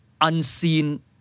unseen